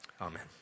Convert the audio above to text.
Amen